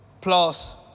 plus